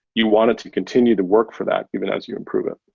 you want it to continue to work for that even as you improve it.